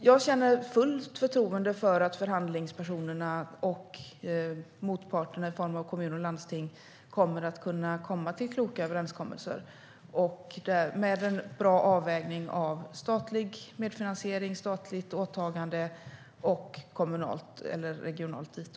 Jag känner fullt förtroende för att förhandlingspersonerna och motparterna i form av kommuner och landsting kommer att kunna komma till kloka överenskommelser med en bra avvägning av statlig medfinansiering, statligt åtagande och kommunalt eller regionalt dito.